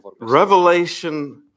Revelation